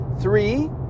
three